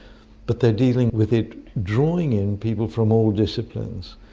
but they're dealing with it, drawing in people from all disciplines.